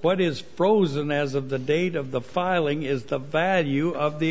what is frozen as of the date of the filing is the value of the